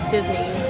Disney